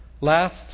last